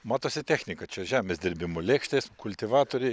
matosi technika čia žemės dirbimo lėkštės kultivatoriai